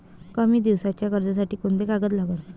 कमी दिसाच्या कर्जासाठी कोंते कागद लागन?